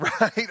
right